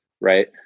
right